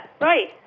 right